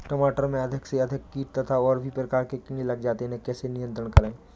टमाटर में अधिक से अधिक कीट तथा और भी प्रकार के कीड़े लग जाते हैं इन्हें कैसे नियंत्रण करें?